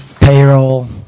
payroll